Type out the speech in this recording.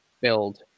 build